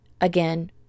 again